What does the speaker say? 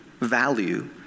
value